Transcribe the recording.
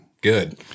good